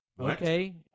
okay